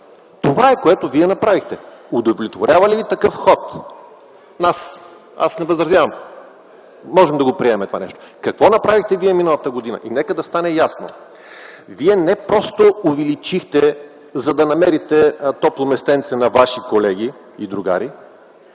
Това е, което вие направихте! Удовлетворява ли ви такъв ход? Аз не възразявам, ние можем да приемем това нещо. Какво направихте вие миналата година? Нека стане ясно! Вие не просто увеличихте, за да намерите топло местенце на ваши колеги и другари,